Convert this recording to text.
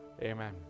Amen